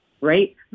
right